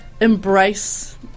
embrace